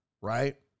right